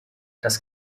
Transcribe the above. das